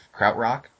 Krautrock